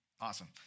Awesome